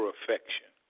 affection